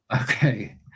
Okay